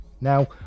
Now